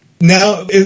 now